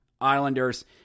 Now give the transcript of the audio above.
Islanders